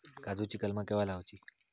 काजुची कलमा केव्हा लावची?